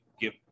give